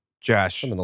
josh